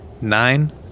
nine